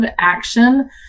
action